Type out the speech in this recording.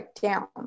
down